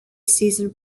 season